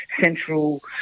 central